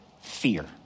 fear